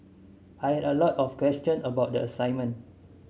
I had a lot of question about the assignment